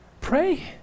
Pray